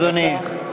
אדוני.